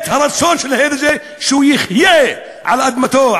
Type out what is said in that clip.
את הרצון של הילד הזה שהוא יחיה על אדמתו,